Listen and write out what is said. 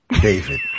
David